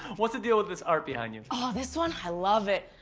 what's the deal with this art behind you? ah, this one? i love it.